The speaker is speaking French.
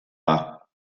pas